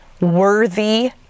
worthy